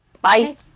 Bye